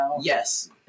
Yes